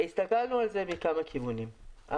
הסתכלנו על זה מכמה כיוונים.